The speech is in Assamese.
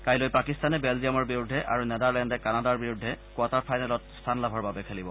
কাইলৈ পাকিস্তানে বেলজিয়ামৰ বিৰুদ্ধে আৰু নেডাৰলেণ্ডে কানাডাৰ বিৰুদ্ধে কোৱাৰ্টাৰ ফাইনেলত স্থান লাভৰ বাবে খেলিব